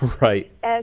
Right